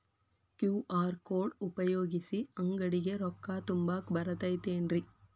QR code ಉಪಯೋಗಿಸಿ, ಅಂಗಡಿಗೆ ರೊಕ್ಕಾ ತುಂಬಾಕ್ ಬರತೈತೇನ್ರೇ?